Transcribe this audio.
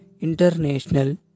International